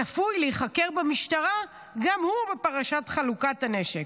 צפוי להיחקר במשטרה גם הוא בפרשת חלוקת הנשק.